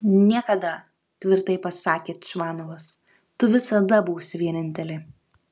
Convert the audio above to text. niekada tvirtai pasakė čvanovas tu visada būsi vienintelė